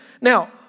Now